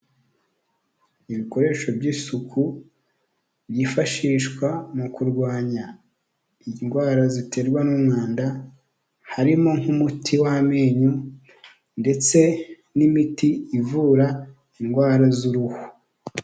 Ibikoresho by'isuku byifashishwa mu kurwanya indwara ziterwa n'umwanda, harimo nk'umuti w'amenyo ndetse n'imiti ivura indwara z'uruhu.